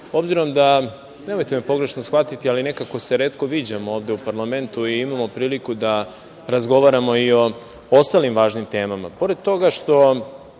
priliku, nemojte me pogrešno shvatiti, ali nekako se retko viđamo ovde u parlamentu i imamo priliku da razgovaramo i o ostalim važnim temama.